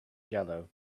jello